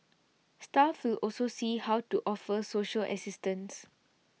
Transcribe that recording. staff also see how to offer social assistance